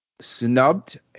snubbed